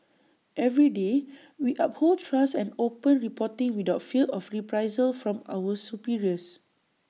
every day we uphold trust and open reporting without fear of reprisal from our superiors